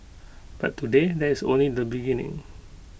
but today that's only the beginning